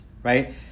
right